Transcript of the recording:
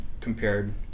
compared